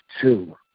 two